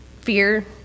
fear